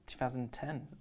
2010